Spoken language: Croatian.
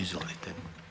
Izvolite.